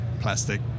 plastic